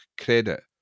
credit